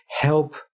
help